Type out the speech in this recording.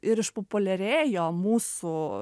ir išpopuliarėjo mūsų